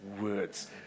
words